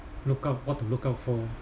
look out what to look out for